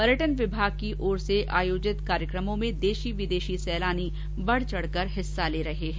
पर्यटन विभाग की ओर से आयोजित कार्यक्रमो में देशी विदेशी सैलानी बढ चढकर हिस्सा ले रहे है